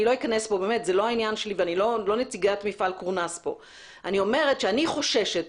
אני לא נציגת מפעל קורנס אבל אני אומרת שאני חוששת,